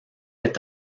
est